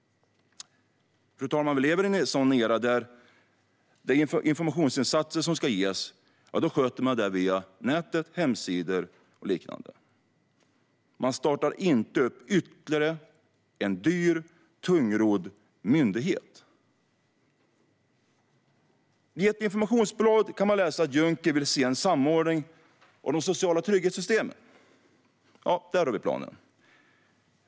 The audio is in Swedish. Fru talman! Vi lever i en sådan era där informationsinsatser som ska ske sköts via nätet, hemsidor och liknande. Man startar inte upp ytterligare en dyr och tungrodd myndighet. I ett informationsblad kan man läsa att Juncker vill se en samordning av de sociala trygghetssystemen. Ja, där har vi planen.